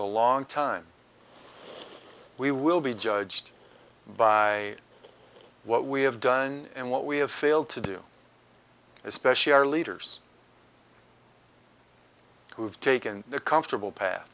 a long time we will be judged by what we have done and what we have failed to do especially our leaders who have taken their comfortable path